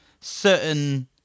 Certain